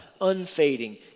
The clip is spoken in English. unfading